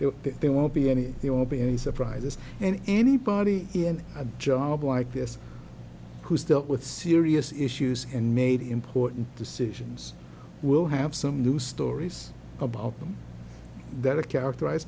there they won't be any there will be any surprises and anybody in a job like this who's dealt with serious issues and made important decisions will have some new stories about them that are characterize